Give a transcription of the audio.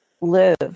live